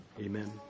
Amen